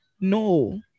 no